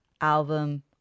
album